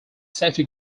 safety